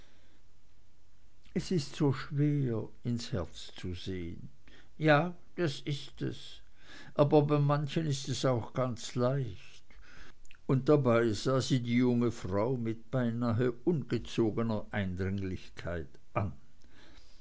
es ist so schwer ins herz zu sehen ja das ist es aber bei manchem ist es auch ganz leicht und dabei sah sie die junge frau mit beinahe ungezogener eindringlichkeit an